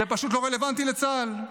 זה פשוט לא רלוונטי לצה"ל.